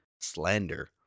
slander